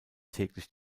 täglich